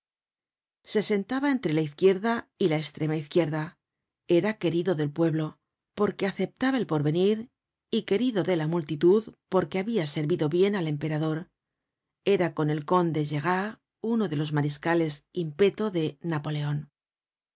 se sentaba entre la izquierda y la estrema izquierda era querido del pueblo porque aceptaba el porvenir y querido de la multitud porque habia servido bien al emperador era con el conde gerard uno de los mariscales in petto de napoleon los